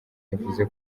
yavuze